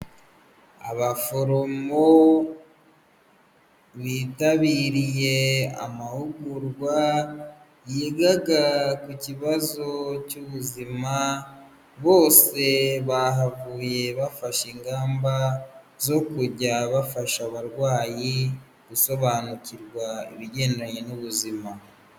Abaforomo bitabiriye amahugurwa yigaga ku kibazo cy'ubuzima, bose bahavuye bafashe ingamba zo kujya bafasha abarwayi gusobanukirwa ibigendanye n'ubuzima.